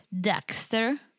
Dexter